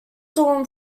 storm